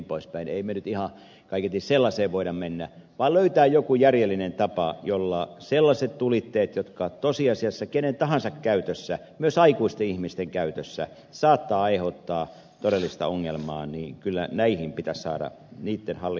kaiketi ei nyt ihan sellaiseen voida mennä vaan pitää löytää joku järjellinen tapa jolla sellaisten tulitteiden myyntiin ja käyttöön jotka tosiasiassa kenen tahansa käytössä myös aikuisten ihmisten käytössä saattavat aiheuttaa todellista ongelmaa niin kyllä näihin pitää saada niitä halli